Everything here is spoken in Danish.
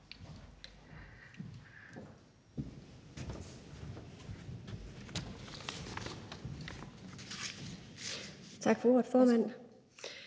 Tak for ordet, formand.